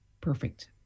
perfect